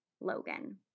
logan